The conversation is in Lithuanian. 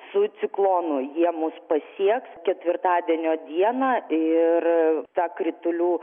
su ciklonu jie mus pasieks ketvirtadienio dieną ir tą kritulių